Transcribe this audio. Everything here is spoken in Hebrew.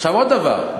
עכשיו עוד דבר,